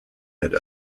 had